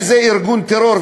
שזה ארגון טרור,